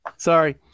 Sorry